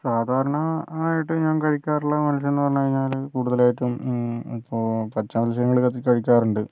സാധാരണ ആയിട്ട് ഞാൻ കഴിക്കാറുള്ള മത്സ്യമെന്ന് പറഞ്ഞ് കഴിഞ്ഞാല് കൂടുതലായിട്ടും ഇപ്പോൾ പച്ച മത്സ്യങ്ങളൊക്കെ കഴിക്കാറുണ്ട്